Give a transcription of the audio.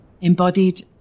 Embodied